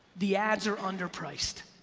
the ads are under priced.